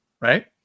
right